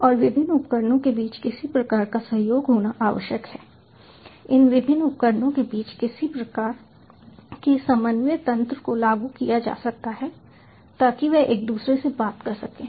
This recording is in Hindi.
और विभिन्न उपकरणों के बीच किसी प्रकार का सहयोग होना आवश्यक है इन विभिन्न उपकरणों के बीच किसी प्रकार के समन्वय तंत्र को लागू किया जा सकता है ताकि वे एक दूसरे से बात कर सकें